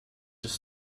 just